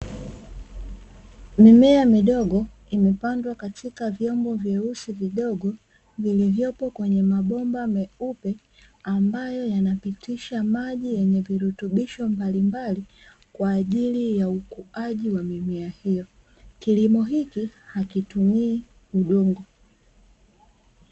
Mimea midogo imepandwa katika vyombo vyeusi vidogo, vilivyopo kwenye mabomba meupe, ambayo yanapitisha maji yenye virutubisho mbalimbali, kwa ajili ya ukuaji wa mimea hio. Kilimo hiki, hakitumii udongo.